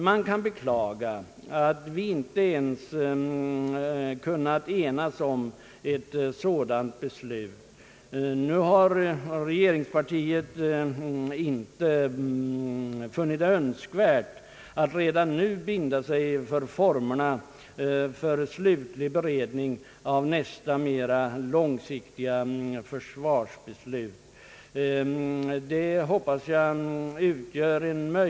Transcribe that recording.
Man kan beklaga att vi inte ens kunnat enas om ett sådant beslut. Regeringspartiet har inte funnit det önskvärt att redan nu binda sig för formerna för slutlig beredning av nästa, mera långsiktiga försvarsbeslut.